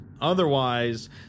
otherwise